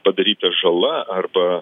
padaryta žala arba